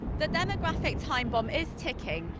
the demographic time bomb is ticking.